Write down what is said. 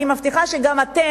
אני מבטיחה לכם שגם אתם,